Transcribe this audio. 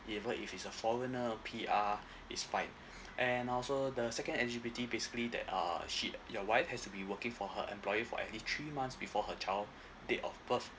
even if he's a foreigner P_R it's fine and also the second eligibility basically that uh she your wife has to be working for her employee for at least three months before her child date of birth